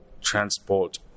transport